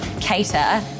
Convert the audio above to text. cater